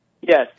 Yes